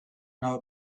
know